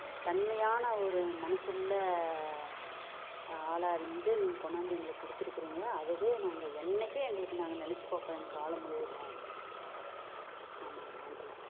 தன்மையான ஒரு மனசு உள்ள ஆளாக இருந்து நீங்கள் கொண்டாந்து எங்களுக்கு கொடுத்துருக்குறீங்க அதுவே நாங்கள் என்றைக்கும் எங்களுக்கு நாங்கள் நினச்சி பார்ப்போம் என் காலம் முழுவதும் ஆமாங்க நன்றி